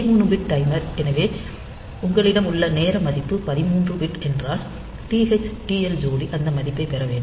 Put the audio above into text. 13 bit timer எனவே உங்களிடம் உள்ள நேர மதிப்பு 13 பிட் என்றால் TH TL ஜோடி அந்த மதிப்பைப் பெற வேண்டும்